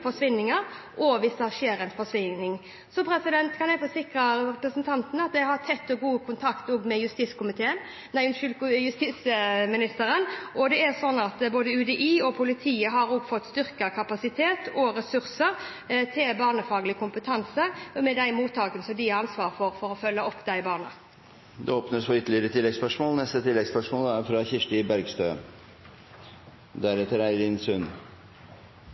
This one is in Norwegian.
forsvinninger, og hvis det skjer en forsvinning. Jeg kan forsikre representanten om at jeg har tett og god kontakt også med justisministeren, og både UDI og politiet har fått styrket kapasitet og ressurser til barnefaglig kompetanse ved de mottakene som de har ansvaret for, for å følge opp disse barna. Det åpnes for oppfølgingsspørsmål – først Kirsti Bergstø. «Alle barn som er